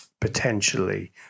potentially